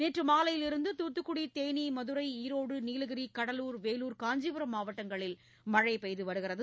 நேற்று மாலையிலிருந்து தூத்துக்குடி தேனி மதுரை ஈரோடு நீலகிரி கடலூர் வேலூர் காஞ்சிபுரம் மாவட்டங்களில் மழை பெய்து வருகிறது